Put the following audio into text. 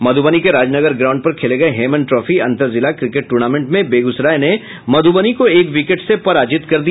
मध्बनी के राजनगर ग्राउंड पर खेले गये हेमन ट्रॉफी अंतर जिला क्रिकेट टूर्नामेंट में बेगूसराय ने मध्रबनी को एक विकेट से पराजित कर दिया